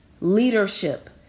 leadership